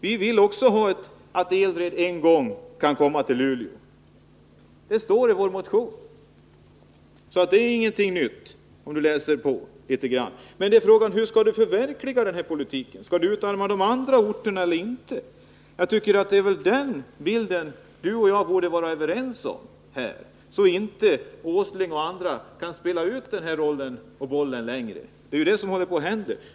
Vi vill också att ELRED-verket en gång skall kunna uppföras i Luleå. Det står i vår motion, så det är inte någonting nytt. Men frågan är hur den här politiken skall kunna förverkligas. Skall man utarma de andra orterna eller inte? Detta är bilden. Jag tycker att vi borde vara överens här, så att herr Åsling och andra inte längre kan spela den här rollen — det är ju det som håller på att hända.